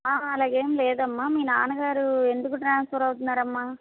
అలాగేం లేదమ్మా మీ నాన్నగారు ఎందుకు ట్రాన్స్ఫర్ అవుతున్నారమ్మా